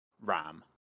RAM